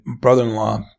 brother-in-law